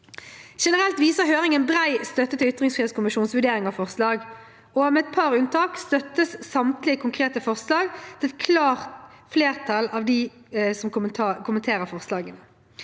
Generelt viser høringen bred støtte til ytringsfrihetskommisjonens vurderinger og forslag. Med et par unntak støttes samtlige konkrete forslag av et klart flertall av dem som kommenterer forslagene.